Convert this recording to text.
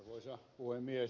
arvoisa puhemies